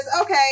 okay